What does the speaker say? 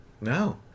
no